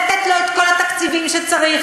לתת לו את כל התקציבים שהוא צריך,